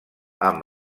amb